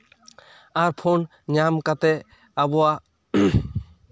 ᱟᱨ phone ᱧᱟᱢ ᱠᱟᱛᱮᱜ ᱟᱵᱚᱣᱟᱜ